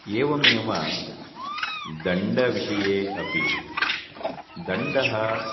एवमेव दण्डविषये अपि दण्डः